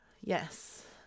Yes